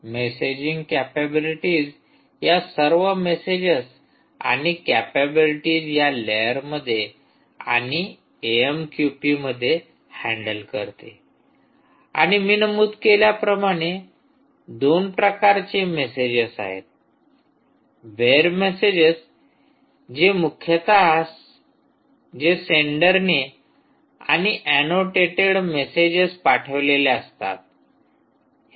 messaging capabilities या सर्व messages आणि कॅपॅबिलिटीज या लेयरमध्ये आणि एएमक्यूपीमध्ये हँडल करते आणि मी नमूद केल्याप्रमाणे दोन प्रकारचे मेसेजेस आहेत बेअर मेसेजेस जे मुख्यतः जे सेंडरने आणि ऐनोटेटेड मेसेजेस पाठवलेले असतात